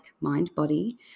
mind-body